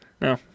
No